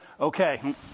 Okay